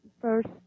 first